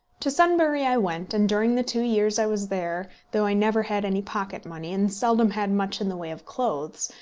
to sunbury i went, and during the two years i was there, though i never had any pocket-money, and seldom had much in the way of clothes,